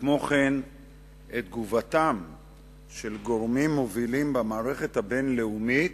וכמו כן את תגובתם של גורמים מובילים במערכת הבין-לאומית,